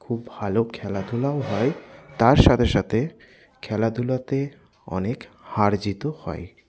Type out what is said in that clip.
খুব ভালো খেলাধুলাও হয় তার সাথেসাথে খেলাধুলাতে অনেক হার জিতও হয়